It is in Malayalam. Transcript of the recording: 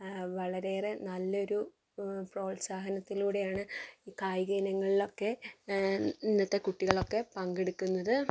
വളരെയേറെ നല്ലൊരു പ്രോത്സാഹനത്തിലൂടെയാണ് കായിക ഇനങ്ങളിലൊക്കെ ഇന്നത്തെ കുട്ടികളൊക്കെ പങ്കെടുക്കുന്നത്